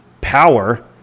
power